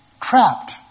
trapped